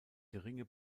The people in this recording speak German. geringe